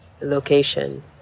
location